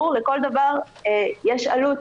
ברור, לכל דבר יש עלות